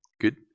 good